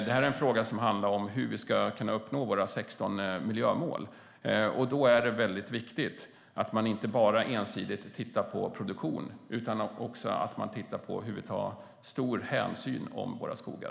Detta är en fråga som handlar om hur vi ska kunna uppnå våra 16 miljömål. Då är det viktigt att man inte bara ensidigt tittar på produktion utan också på hur vi kan ta stor hänsyn till våra skogar.